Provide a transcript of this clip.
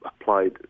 applied